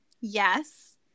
Yes